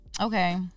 okay